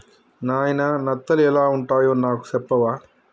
నాయిన నత్తలు ఎలా వుంటాయి నాకు సెప్పవా